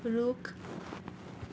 रुख